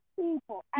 people